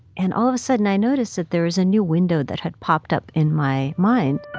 and all of a sudden, i noticed that there was a new window that had popped up in my mind,